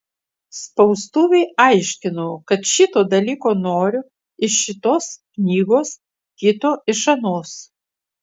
spaustuvei aiškinau kad šito dalyko noriu iš šitos knygos kito iš anos